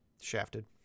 Shafted